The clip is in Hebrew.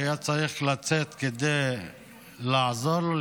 שהיה צריך לצאת כדי לעזור לו,